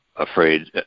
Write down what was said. afraid